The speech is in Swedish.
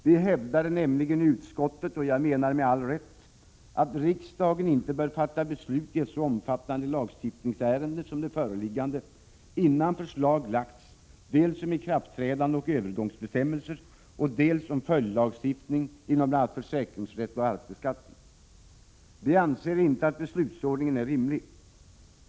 Vi hävdade nämligen i utskottet — och jag menar med all rätt — att riksdagen inte bör fatta beslut i ett så omfattande lagstiftningsärende som det föreliggande, innan förslag lagts dels om ikraftträdande och övergångsbestämmelser, dels om följdlagstiftning inom bl.a. försäkringsrätt och arvsbeskattning. Vi anser inte att beslutsordningen är rimlig.